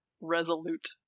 resolute